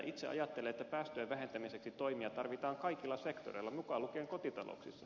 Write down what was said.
itse ajattelen että päästöjen vähentämiseksi toimia tarvitaan kaikilla sektoreilla mukaan lukien kotitalouksissa